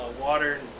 water